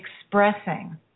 expressing